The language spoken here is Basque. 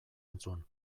entzun